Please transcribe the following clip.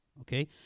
okay